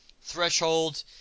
Threshold